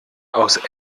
aus